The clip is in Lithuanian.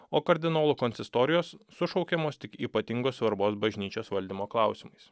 o kardinolų konsistorijos sušaukiamos tik ypatingos svarbos bažnyčios valdymo klausimais